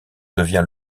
devient